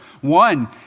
One